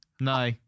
No